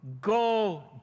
go